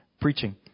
preaching